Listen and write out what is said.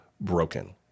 broken